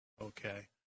Okay